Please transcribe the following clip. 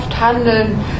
handeln